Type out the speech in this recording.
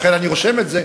לכן אני רושם את זה,